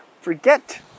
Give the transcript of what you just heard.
forget